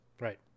right